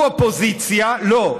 הוא אופוזיציה, לא.